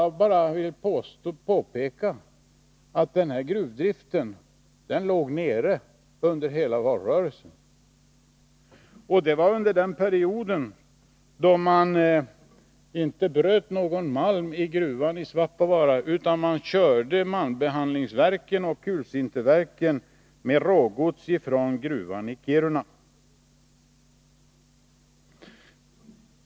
Jag vill bara påpeka att gruvdriften låg nere under hela valrörelsen. Det var under den period då man inte bröt någon malm i gruvan i Svappavaara utan körde malmbehandlingsverken och kulsinterverken med rågods ifrån gruvan i Kiruna.